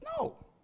No